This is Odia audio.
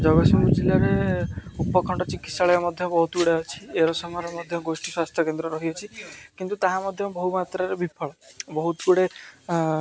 ଜଗତସିଂହପୁର ଜିଲ୍ଲାରେ ଉପଖଣ୍ଡ ଚିକିତ୍ସାଳୟ ମଧ୍ୟ ବହୁତ ଗୁଡ଼ା ଅଛି ଏର ସମୟରେ ମଧ୍ୟ ଗୋଷ୍ଠୀ ସ୍ୱାସ୍ଥ୍ୟ କେନ୍ଦ୍ର ରହିଅଛି କିନ୍ତୁ ତାହା ମଧ୍ୟ ବହୁ ମାତ୍ରାରେ ବିଫଳ ବହୁତ ଗୁଡ଼େ